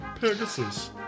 Pegasus